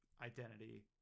identity